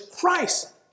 Christ